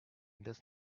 does